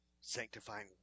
sanctifying